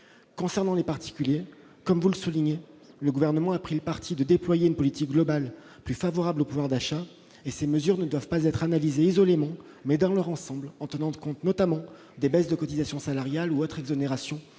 Concernant les particuliers, comme vous le soulignez, le Gouvernement a pris le parti de déployer une politique globale plus favorable au pouvoir d'achat. Ces mesures doivent être analysées non pas isolément, mais dans leur ensemble, en tenant compte, notamment, des baisses de cotisations salariales ou autres exonérations